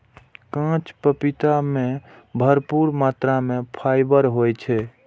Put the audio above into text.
कांच पपीता मे भरपूर मात्रा मे फाइबर होइ छै